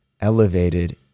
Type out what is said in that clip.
elevated